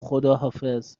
خداحافظ